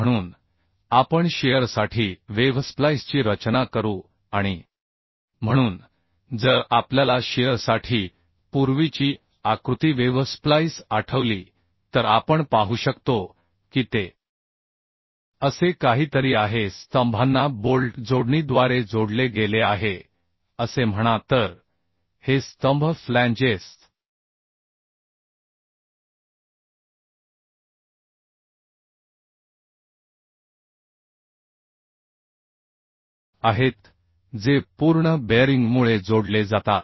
म्हणून आपण शिअरसाठी वेव्ह स्प्लाइसची रचना करू आणि म्हणून जर आपल्याला शिअरसाठी पूर्वीची आकृती वेव्ह स्प्लाइस आठवली तर आपण पाहू शकतो की ते असे काहीतरी आहे स्तंभांना बोल्ट जोडणीद्वारे जोडले गेले आहे असे म्हणा तर हे स्तंभ फ्लॅन्जेस आहेत जे पूर्ण बेअरिंगमुळे जोडले जातात